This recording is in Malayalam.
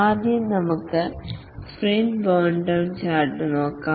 ആദ്യം നമുക്ക് സ്പ്രിന്റ് ബേൺഡൌൺചാർട്ട് നോക്കാം